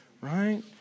right